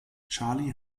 charlie